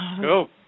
Go